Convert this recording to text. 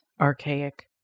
archaic